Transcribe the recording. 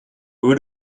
who